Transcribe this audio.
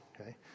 okay